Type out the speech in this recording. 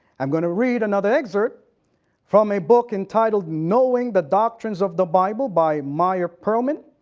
i'm gonna read another excerpt from a book entitled knowing the doctrines of the bible by myer pearlman.